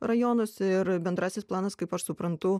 rajonuose ir bendrasis planas kaip aš suprantu